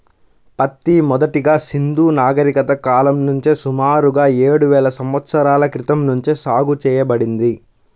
పత్తి మొదటగా సింధూ నాగరికత కాలం నుంచే సుమారుగా ఏడువేల సంవత్సరాల క్రితం నుంచే సాగు చేయబడింది